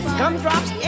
gumdrops